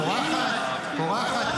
פורחת, פורחת.